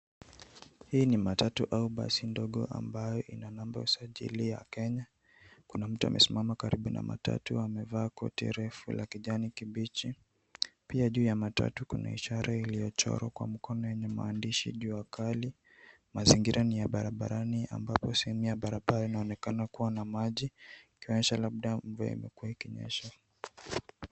Hii ni matatu au basi ndogo ambayo ina namba ya usajili ya Kenya. Kuna mtu amesimama karibu na matatu amevaa koti refu la kijani kibichi. Pia juu ya matatu kuna ishara iliyochorwa kwa mkono yenye maandishi Jua Kali . Mazingira ni ya barabarani ambapo sehemu ya barabara inaonekana kuwa na maji ikionyesha kuwa labda mvua imekuwa ikinyesha.